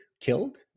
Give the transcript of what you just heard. killed